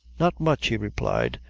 not much, he replied,